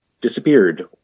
disappeared